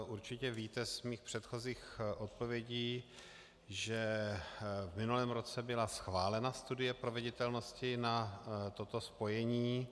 Určitě víte z mých předchozích odpovědí, že v minulém roce byla schválena studie proveditelnosti na toto spojení.